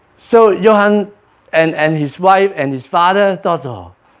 so johan and and his wife and his father thought oh